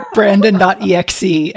Brandon.exe